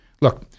Look